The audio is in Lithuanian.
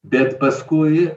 bet paskui